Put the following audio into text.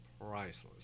priceless